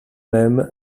même